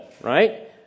right